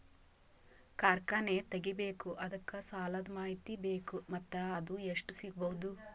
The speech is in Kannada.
ಕಾರ್ಖಾನೆ ತಗಿಬೇಕು ಅದಕ್ಕ ಸಾಲಾದ ಮಾಹಿತಿ ಬೇಕು ಮತ್ತ ಅದು ಎಷ್ಟು ಸಿಗಬಹುದು?